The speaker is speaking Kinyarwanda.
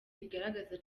bigaragaza